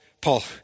Paul